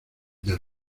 del